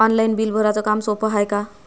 Online bill भराच काम सोपं हाय का?